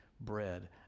bread